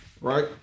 right